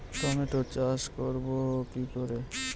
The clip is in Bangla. টমেটো চাষ করব কি করে?